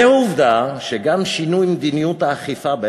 ועובדה שגם יש שינוי במדיניות האכיפה,